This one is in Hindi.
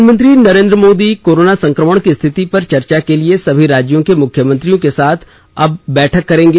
प्रधानमंत्री कोरोना संक्रमण की स्थिति पर चर्चा के लिए सभी राज्यों के मुख्यमंत्रियों के साथ आत बैठक करेंगे